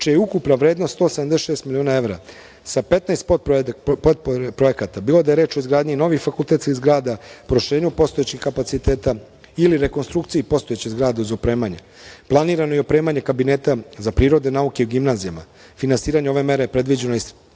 čija je ukupna vrednost 176 miliona evra, sa 15 podprojekata, bilo da je reč o izgradnji novih fakultetskih zgrada, proširenju postojećih kapaciteta ili rekonstrukciji postojeće zgrade uz opremanje. Planirano je i opremanje kabineta za prirodne nauke u gimnazijama. Finansiranje ove mere predviđeno je